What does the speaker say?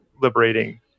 liberating